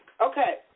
Okay